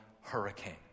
hurricane